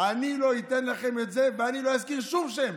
אני לא אתן לכם את זה ואני לא אזכיר שום שם,